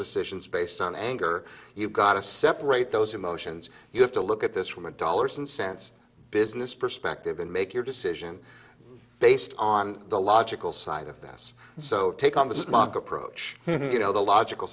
decisions based on anger you've got to separate those emotions you have to look at this from a dollars and cents business perspective and make your decision based on the logical side of this so take on the smug approach you know the logical